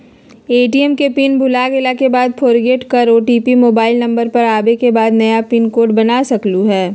ATM के pin भुलागेल के बाद फोरगेट कर ओ.टी.पी मोबाइल नंबर पर आवे के बाद नया पिन कोड बना सकलहु ह?